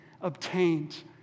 obtained